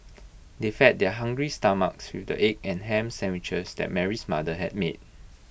they fed their hungry stomachs with the egg and Ham Sandwiches that Mary's mother had made